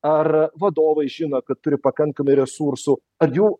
ar vadovai žino kad turi pakankamai resursų ar jų